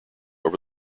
over